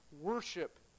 worship